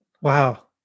Wow